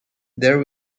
there